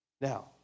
Now